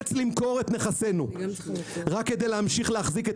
ניאלץ למכור את נכסינו רק כדי להמשיך להחזיק את